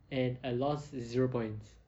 and a lost is zero points